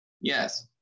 Yes